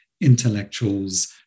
intellectuals